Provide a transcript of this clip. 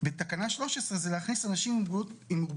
בתקנה 13 זה להכניס אנשים עם מוגבלות